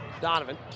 Donovan